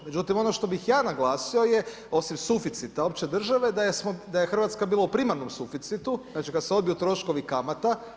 Međutim, ono što bih ja naglasio, je osim suficita opće države da je Hrvatska bila u primarnom suficitu znači kada se odbiju troškovi kamata.